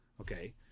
Okay